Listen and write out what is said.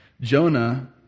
Jonah